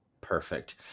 Perfect